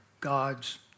God's